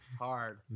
hard